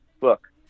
look